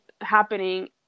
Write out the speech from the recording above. happening